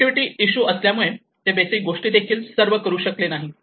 connectivity issue असल्यामुळे ते basic गोष्टी देखील सर्व करू शकले नाहीत